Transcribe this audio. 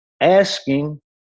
asking